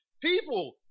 People